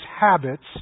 habits